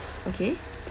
okay